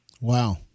Wow